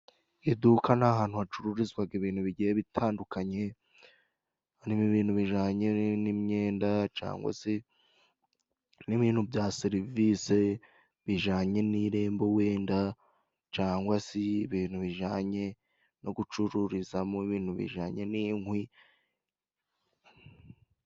Iduka ni ahantu hacururizwa ibintu bigiye bitandukanye, ibintu bijyanye n'imyenda, cyangwa se ibintu bya serivisi bijyananye n'irembo, wenda, cyangwa si ibintu bijyanye no gucururiza mu bintu bijyanye n'inkwi.